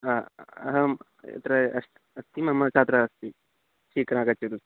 अहं यत्र अस्मि अस्ति मम छात्राः अस्ति शीघ्रम् आगच्छतु